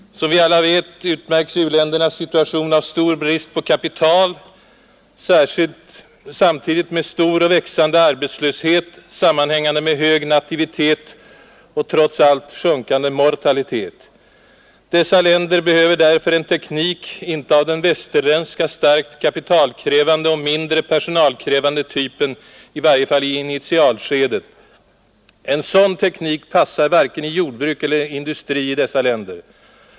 Som vi alla vet utmärks u-ländernas situation av stor brist på kapital och samtidigt stor och växande arbetslöshet, sammanhängande med hög nativitet och trots allt sjunkande mortalitet. Dessa länder behöver därför en teknik inte av den västerländska, starkt kapitalkrävande och mindre personalkrävande typen, i varje fall inte i initialskedet. En sådan teknik passar varken dessa länders jordbruk eller industri.